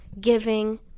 giving